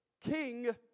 king